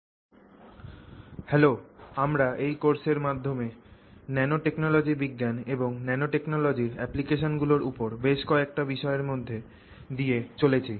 damping বৈশিষ্ট্যগুলিতে ন্যানোস্ট্রাকচারের প্রভাব হ্যালো আমরা এই কোর্সের মাধ্যমে ন্যানো টেকনোলজির বিজ্ঞান এবং ন্যানোটেকনোলজির অ্যাপ্লিকেশনগুলির উপর বেশ কয়েকটি বিষয়ের মধ্য দিয়ে চলেছি